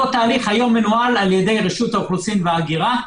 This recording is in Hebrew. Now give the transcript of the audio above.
אותו תהליך היום מנוהל על-ידי רשות האוכלוסין וההגירה,